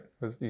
right